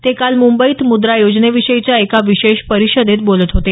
ते काल मुंबईत मुद्रा योजनेविषयीच्या एका विशेष परिषदेत बोलत होते